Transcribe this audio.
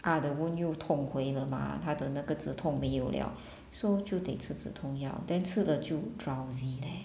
ah the wound 又痛回了 mah 她的那个止痛没有 liao so 就得吃止痛药 then 吃了就 drowsy leh